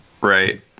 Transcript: Right